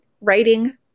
writing